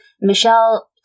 Michelle